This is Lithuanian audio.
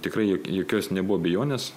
tikrai juk jokios nebuvo abejonės